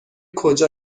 کجا